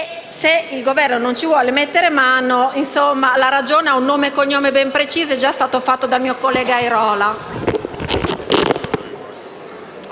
Se il Governo non ci vuol mettere mano, la ragione ha un nome e cognome ben preciso, che è già stato fatto dal mio collega Airola.